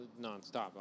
nonstop